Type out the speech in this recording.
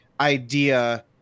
idea